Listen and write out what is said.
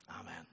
Amen